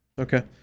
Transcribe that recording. Okay